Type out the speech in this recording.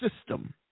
system